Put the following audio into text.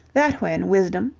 that when wisdom,